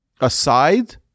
Aside